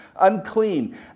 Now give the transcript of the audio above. unclean